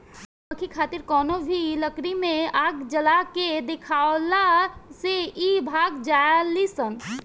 मधुमक्खी खातिर कवनो भी लकड़ी में आग जला के देखावला से इ भाग जालीसन